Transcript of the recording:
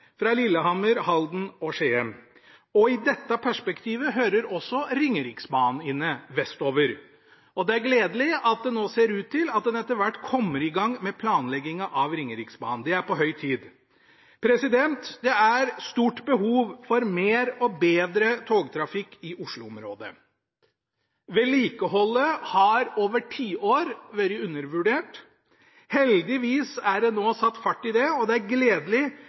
fra Lillehammer, Halden og Skien. I dette perspektivet hører også Ringeriksbanen vestover hjemme. Det er gledelig at det nå ser ut til at man etter hvert kommer i gang med planleggingen av Ringeriksbanen – det er på høy tid. Det er stort behov for mer og bedre togtrafikk i Oslo-området. Vedlikeholdet har over tiår vært undervurdert. Heldigvis er det nå satt fart i det, og det er gledelig